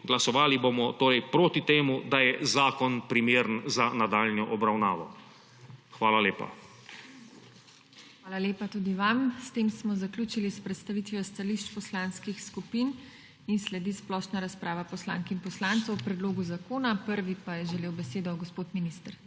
Glasovali bomo torej proti temu, da je zakon primeren za nadaljnjo obravnavo. Hvala lepa. **PODPREDSEDNICA TINA HEFERLE:** Hvala lepa tudi vam, S tem smo zaključili s predstavitvijo stališč poslanskih skupin. Sledi splošna razprava poslank in poslancev o predlogu zakona. Prvi je želel besedo gospod minister.